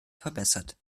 verbessert